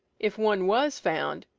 if one was found,